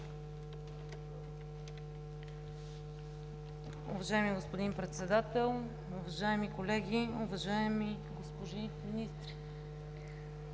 Уважаеми господин Председател, уважаеми колеги! Уважаема госпожо Министър,